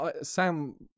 sam